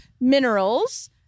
minerals